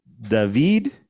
David